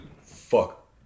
fuck